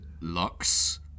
Lux